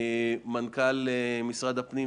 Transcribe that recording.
מנכ"ל משרד הפנים.